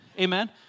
Amen